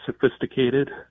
sophisticated